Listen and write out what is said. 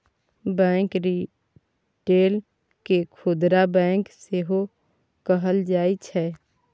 bank retail केँ खुदरा bank सेहो कहल जाइ छै